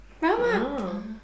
Mama